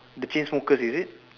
the chainsmoker is it